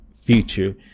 future